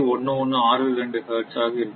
1162 hertz ஆக இருக்கும்